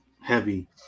heavy